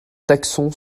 taxon